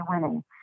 winning